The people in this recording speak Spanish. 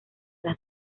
las